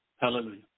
Hallelujah